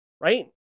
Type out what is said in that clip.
Right